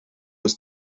ist